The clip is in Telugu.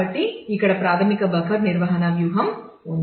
కాబట్టి ఇక్కడ ప్రాథమిక బఫర్ నిర్వహణ వ్యూహం ఉంది